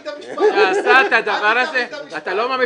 שעשה את הדבר הזה --- לא,